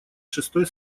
шестой